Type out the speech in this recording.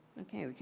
okay.